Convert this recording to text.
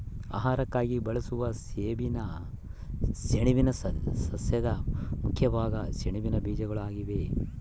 ಆಹಾರಕ್ಕಾಗಿ ಬಳಸುವ ಸೆಣಬಿನ ಸಸ್ಯದ ಮುಖ್ಯ ಭಾಗ ಸೆಣಬಿನ ಬೀಜಗಳು ಆಗಿವೆ